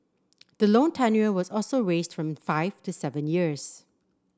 the loan tenure was also raised from five to seven years